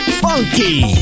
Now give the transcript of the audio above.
funky